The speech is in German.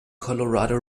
colorado